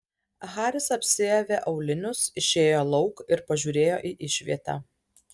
haris apsiavė aulinius išėjo lauk ir pažiūrėjo į išvietę